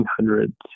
1800s